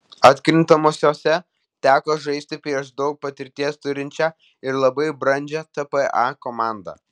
atkrintamosiose teko žaisti prieš daug patirties turinčią ir labai brandžią tpa komandą